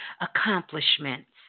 accomplishments